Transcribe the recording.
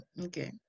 okay